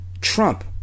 Trump